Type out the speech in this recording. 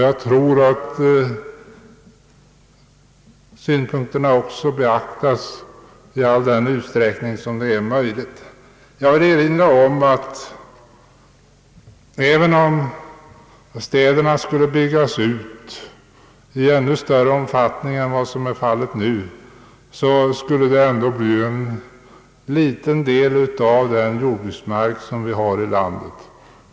Jag tror att synpunkterna också observeras i den utsträckning det är möjligt. Jag vill erinra om att skulle städerna byggas ut i ännu större omfattning än vad som nu sker så blir det ändå en mycket liten del av den jordbruksmark som vi har i landet som behöver tagas i anspråk.